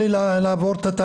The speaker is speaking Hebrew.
זאת אומרת,